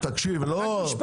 לא, לא, תקשיב -- רק משפט.